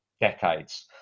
decades